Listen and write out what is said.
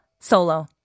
Solo